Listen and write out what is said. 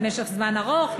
למשך זמן ארוך,